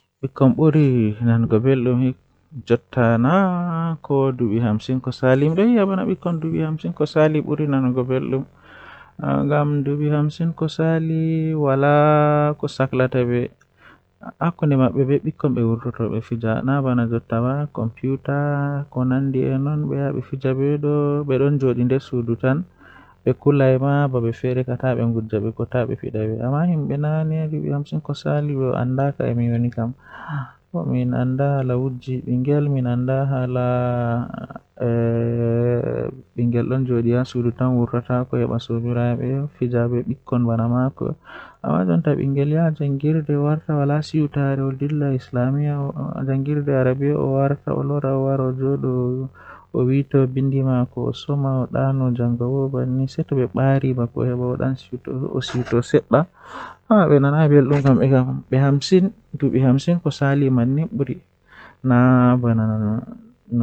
Ko ɗuum ɗum faamataa no waɗata baɗtuɗo ngol, sabu ɓeen ɗuum njippeeɗi ɗum no waɗi goonga. So waɗi e naatugol mawɗi, ngam neɗɗo ɓe njogiri e laabi maa e njohi maa, ɓe njari ɗum no waɗi gooto ɗe fami ko a